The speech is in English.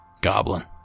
Goblin